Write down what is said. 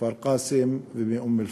מכפר-קאסם ומאום-אלפחם.